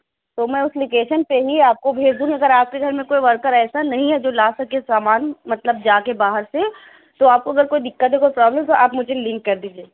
تو میں اُس لوکیشن پہ ہی آپ کو بھیج دوں گی اگر آپ کے گھر میں کوئی ورکر ایسا نہیں ہے جو لا سکے سامان مطلب جا کے باہر سے تو آپ کو اگر کوئی دقت ہے کوئی پرابلمس ہو تو آپ مجھے لنک کر دیجیے